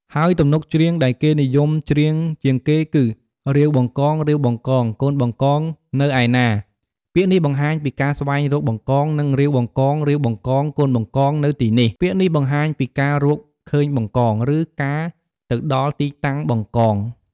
ហើយទំនុកច្រៀងដែលគេនិយមច្រៀងជាងគេគឺ រាវបង្កង រាវបង្កង កូនបង្កងនៅឯណា? ពាក្យនេះបង្ហាញពីការស្វែងរកបង្កង និង រាវបង្កង រាវបង្កង កូនបង្កងនៅទីនេះ! ពាក្យនេះបង្ហាញពីការរកឃើញបង្កង ឬការទៅដល់ទីតាំងបង្កង។